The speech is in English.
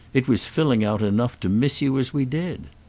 it was filling out enough to miss you as we did.